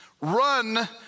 Run